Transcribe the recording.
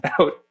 out